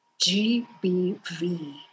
GBV